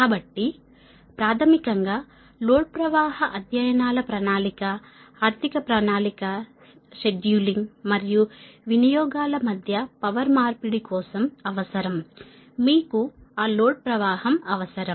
కాబట్టి ప్రాథమికం గా లోడ్ ప్రవాహ అధ్యయనాల ప్రణాళిక ఆర్థిక ప్రణాళిక షెడ్యూలింగ్ మరియు వినియోగాల మధ్య పవర్ మార్పిడి కోసం అవసరం మీకు ఆ లోడ్ ప్రవాహం అవసరం